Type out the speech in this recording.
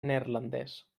neerlandès